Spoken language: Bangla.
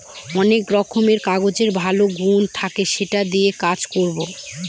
অনেক রকমের কাগজের ভালো গুন থাকে সেটা দিয়ে কাজ করবো